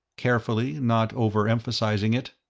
carefully not overemphasizing it.